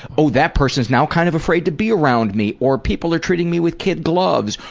oh that person's now kind of afraid to be around me. or people are treating me with kid gloves.